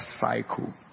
cycle